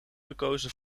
gekozen